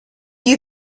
you